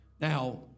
Now